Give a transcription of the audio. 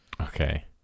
Okay